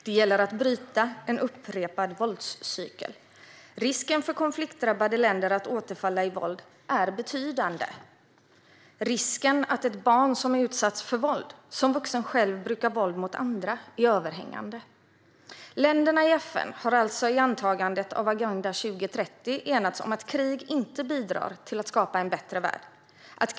Det gäller att bryta en upprepad våldscykel: Risken för konfliktdrabbade länder att återfalla i våld är betydande - risken att ett barn som utsatts för våld, som vuxen själv brukar våld mot andra, är överhängande." Länderna i FN har alltså i antagandet av Agenda 2030 enats om att krig inte bidrar till att skapa en bättre värld.